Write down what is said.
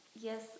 yes